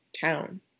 town